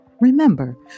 Remember